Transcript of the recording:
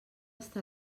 està